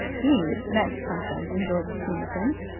he meant something in george's scheme of things.